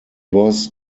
was